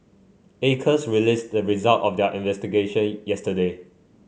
Acres released the result of their investigation yesterday